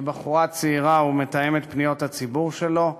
כבחורה צעירה, ומתאמת פניות הציבור שלו,